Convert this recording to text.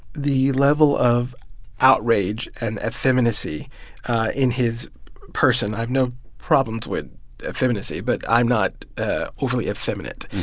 the level of outrage and effeminacy in his person. i have no problems with effeminacy, but i'm not ah overly effeminate.